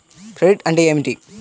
Credit అంటే ఏమిటి?